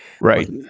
Right